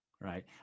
right